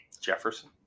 Jefferson